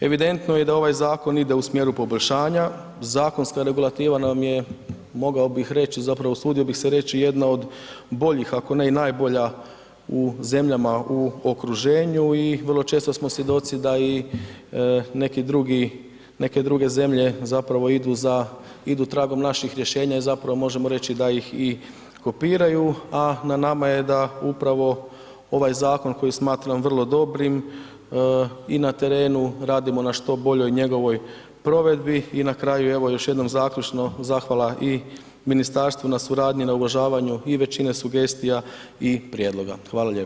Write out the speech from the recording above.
Evidentno je da ovaj zakon ide u smjeru poboljšanja, zakonska regulativa nam je mogao bi reći zapravo usudio bih se reći jedna od boljih ako ne i najbolja u zemljama u okruženju i vrlo često smo svjedoci da i neke druge zemlje zapravo idu tragom naših rješenja i zapravo možemo reći da ih i kopiraju a na nama je da upravo ovaj zakon koji smatram vrlo dobrim, i na terenu radimo na što boljoj njegovoj provedbi i na kraju evo još jednom zaključno, zahvala i ministarstvu na suradnji, na uvažavanju i većine sugestija i prijedloga, hvala lijepo.